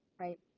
right